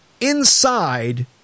inside